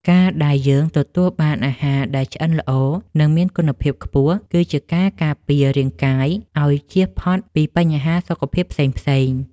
ការដែលយើងទទួលបានអាហារដែលឆ្អិនល្អនិងមានគុណភាពខ្ពស់គឺជាការការពាររាងកាយឱ្យជៀសផុតពីបញ្ហាសុខភាពផ្សេងៗ។